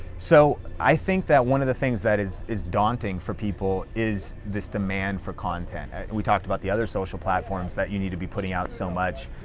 so i think that one of the things that is is daunting for people is this demand for content. we talked about the other social platforms that you need to be putting out so much.